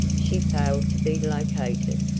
she failed to be located,